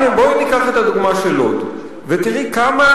הנה בואי ניקח את הדוגמה של לוד ותראי כמה,